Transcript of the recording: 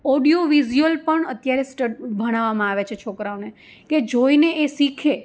audio visual પણ અત્યારે સ્ટ ભણાવામાં આવે છે છોકરાઓને કે જોઈને એ શીખે